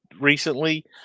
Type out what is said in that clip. recently